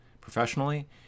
Professionally